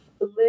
live